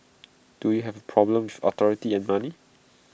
do you have A problem with authority and money